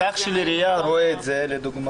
פקח של עירייה רואה את זה לדוגמה,